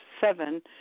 seven